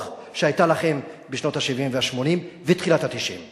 שהיתה לכם בשנות ה-70 וה-80 ובתחילת שנות ה-90.